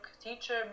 teacher